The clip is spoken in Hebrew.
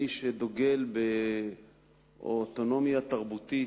מי שדוגל באוטונומיה תרבותית,